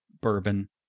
bourbon